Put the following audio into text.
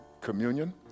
communion